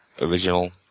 original